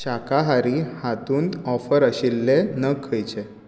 शाकाहारी हातूंत ऑफर आशिल्ले नग खंयचे